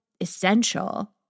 essential